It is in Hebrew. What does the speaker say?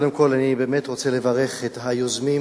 קודם כול אני באמת רוצה לברך את היוזמים